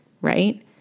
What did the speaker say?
right